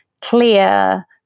clear